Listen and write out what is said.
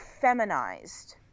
feminized